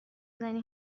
زنی